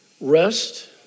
Rest